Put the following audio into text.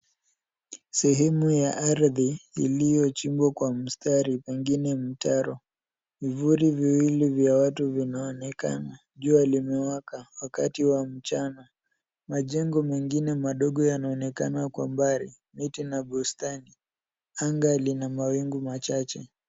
Sehemu ya ardhi iliyochimbwa kwa mstari, pengine mtaro. Vivuli viwili vya watu vinaonekana. Jua limewaka. Wakati wa mchana. Majengo mengine madogo yanaonekana kwa mbali. Miti na bustani. Anga lina mawingu machache.